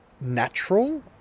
Natural